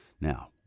Now